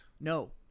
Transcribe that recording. No